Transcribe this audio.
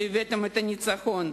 שהבאתם את הניצחון,